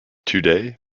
today